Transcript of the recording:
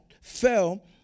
fell